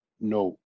No